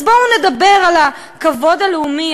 אז בואו נדבר על הכבוד הלאומי,